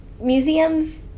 museums